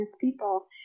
people